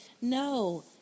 No